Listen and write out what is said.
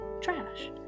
Trash